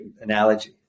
analogy